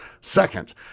Second